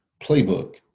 playbook